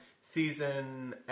season